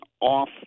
off